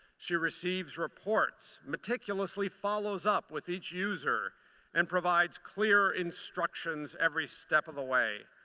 she receives reports, meticulously follows up with each user and provides clear instructions every step of the way.